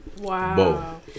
Wow